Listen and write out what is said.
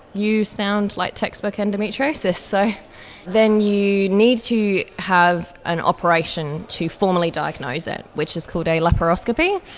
you sound like textbook endometriosis. so then you need to have an operation to formally diagnose it, which is called a laparoscopy.